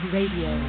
Radio